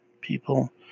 people